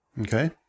Okay